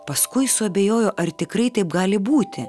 paskui suabejojo ar tikrai taip gali būti